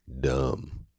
dumb